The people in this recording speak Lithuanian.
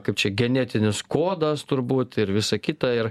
kaip čia genetinis kodas turbūt ir visa kita ir